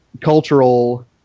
cultural